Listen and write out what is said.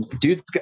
dude